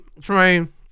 train